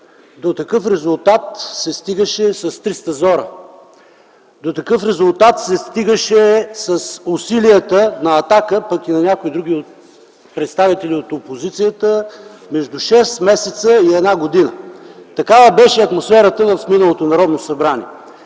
До такъв резултат се стигаше с триста зора. До такъв резултат се стигаше с усилията на „Атака” и на други представители на опозицията за време между 6 месеца и 1 година – такава беше атмосферата в миналото Народно събрание.